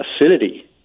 acidity